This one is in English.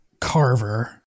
Carver